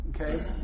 okay